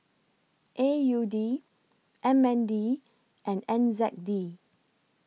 A U D M N D and N Z D